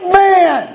man